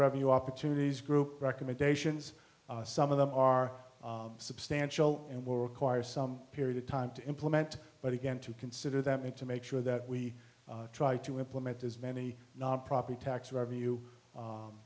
revenue opportunities group recommendations some of them are substantial and will require some period of time to implement but again to consider them and to make sure that we try to implement as many non property tax revenue